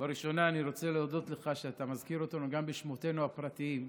בראשונה אני רוצה להודות לך שאתה מזכיר אותנו גם בשמותינו הפרטיים.